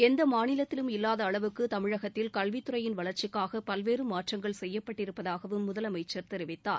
எந்தமாநிலத்திலும் இல்லாதஅளவுக்குதமிழகத்தில் கல்வித் துறையின் வளர்ச்சிக்காகபல்வேறுமாற்றங்கள் செய்யப்பட்டிருப்பதாகவும் முதலமைச்சர் தெரிவித்தார்